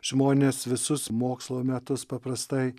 žmonės visus mokslo metus paprastai